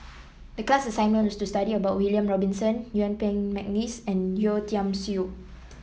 the class assignment was to study about William Robinson Yuen Peng McNeice and Yeo Tiam Siew